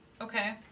Okay